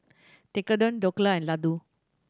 Tekkadon Dhokla and Ladoo